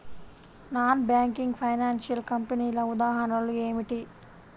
Non banking financial కంపెనీల ఉదాహరణలు ఏమిటి?